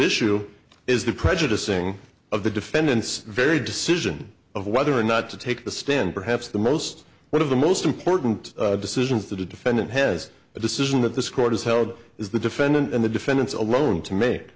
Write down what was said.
issue is the prejudicing of the defendant's very decision of whether or not to take the stand perhaps the most one of the most important decisions the defendant has a decision that this court has held is the defendant and the defendant's alone to make